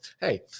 hey